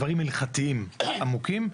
דברים הלכתיים עמוקים.